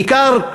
בעיקר,